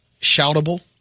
Shoutable